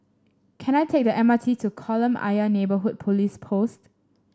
can I take the M R T to Kolam Ayer Neighbourhood Police Post